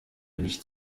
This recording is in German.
nicht